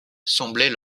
semblait